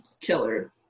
killer